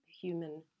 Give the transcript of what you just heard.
human